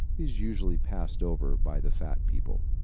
is usually passed over by the fat people.